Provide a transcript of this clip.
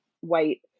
white